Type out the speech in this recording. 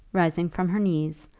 rising from her knees,